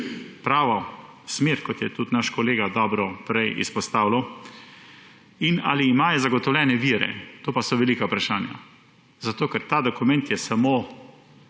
pravo smer, kot je tudi naš kolega dobro prej izpostavil, in ali imajo zagotovljene vire, to pa so velika vprašanja, zato ker ta dokument je samo